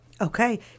Okay